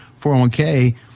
401K